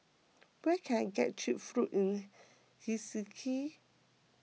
where can I get Cheap Food in Helsinki